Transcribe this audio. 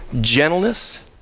gentleness